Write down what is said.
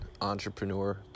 Entrepreneur